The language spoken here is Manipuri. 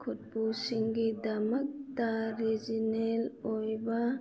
ꯈꯨꯠꯄꯨꯁꯤꯡꯒꯤꯗꯃꯛꯇ ꯔꯤꯖꯤꯅꯦꯜ ꯑꯣꯏꯕ